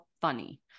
funny